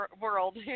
world